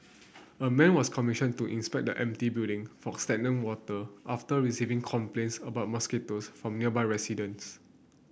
a man was commissioned to inspect the empty building for stagnant water after receiving complaints about mosquitoes from nearby residents